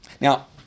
Now